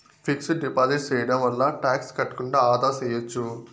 fixed deposit సేయడం వల్ల tax కట్టకుండా ఆదా సేయచ్చు